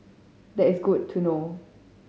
that is good to know